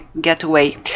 getaway